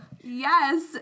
Yes